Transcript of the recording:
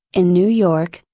in new york,